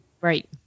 Right